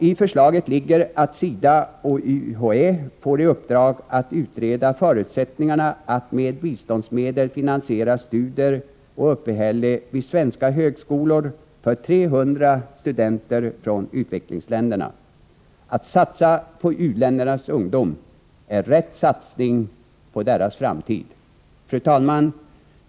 I förslaget ligger att SIDA och UHÄ får i uppdrag att utreda förutsättningarna för att med biståndsmedel finansiera studier och uppehälle vid svenska högskolor för 300 studenter från utvecklingsländer. Att satsa på u-ländernas ungdom är rätt satsning på deras framtid. Fru talman!